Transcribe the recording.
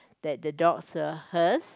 that the dogs were hers